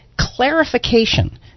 clarification